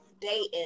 dating